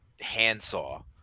handsaw